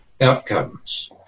outcomes